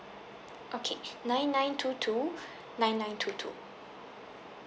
okay nine nine two two nine nine two two